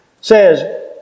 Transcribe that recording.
says